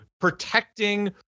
protecting